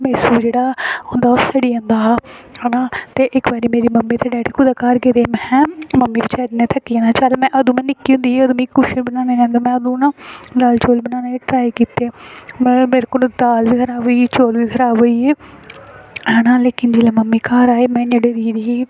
मेसू जेह्ड़ा मेरे कोला फिटी जंदा हा ते इक्क बारी मेरी मम्मी ते डैडी घर दा कुदै गेदे में हां मम्मी बेचारी नै थक्की जाना में निक्की होंदी ही अदूं मिगी कुछ बनाना निं होंदा हा में ना दाल चौल बनाने दी ट्राई कीती मेरे कोला दाल निं बना दी ही चौल बी खराब होई गे पर मम्मी जेल्लै घर आई ही में दिखदी ही